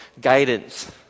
guidance